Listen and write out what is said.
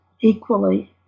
equally